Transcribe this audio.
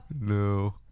No